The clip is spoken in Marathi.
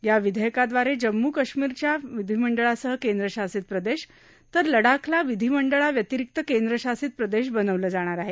या विधेयकाद्वारे जम्मू कश्मीरला विधीमंडळासह केंद्रशासित प्रदेश तर लडाखला विधीमंडळाव्यतिरिक्त केंद्रशासित प्रदेश बनले आहेत